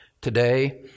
today